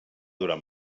durar